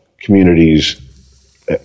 communities